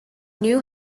new